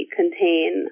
contain